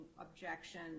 objection